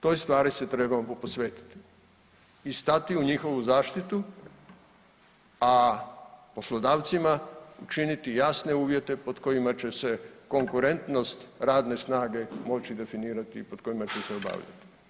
Toj stvari se trebamo posvetiti i stati u njihovu zaštitu, a poslodavcima činiti jasne uvjete pod kojima će se konkurentnost radne snage moći definirati i pod kojima će se obavljati.